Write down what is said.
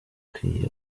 ukwiye